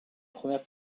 première